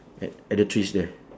at at the trees there